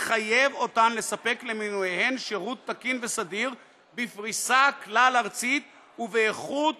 מחייב אותן לספק למנוייהן שירות תקין וסדיר בפריסה כלל-ארצית ובאיכות